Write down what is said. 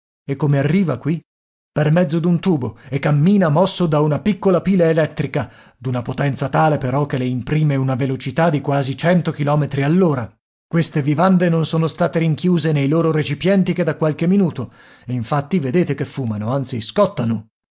e come arriva qui per mezzo d'un tubo e cammina mosso da una piccola pila elettrica d'una potenza tale però che le imprime una velocità di quasi cento chilometri all'ora queste vivande non sono state rinchiuse nei loro recipienti che da qualche minuto infatti vedete che fumano anzi scottano